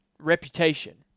reputation